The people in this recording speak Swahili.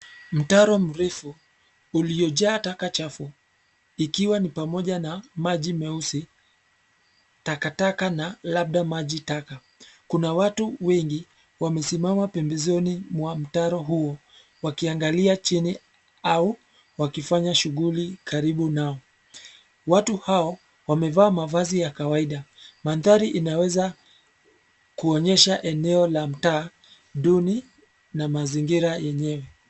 Mtaro mrefu, uliojaa taka chafu, ikiwa ni pamoja na maji meusi, takataka na labda maji taka, kuna watu wengi, wamesimama pembezoni mwa mtaro huu, wakiangalia chini, au, wakifanya shughuli karibu nao, watu hao, wamevaa mavazi ya kawaida, mandhari inaweza, kuonyesha eneo la mtaa duni, na mazingira yenyewe.